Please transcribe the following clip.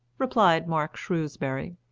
replied mark shrewsbury.